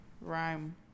rhyme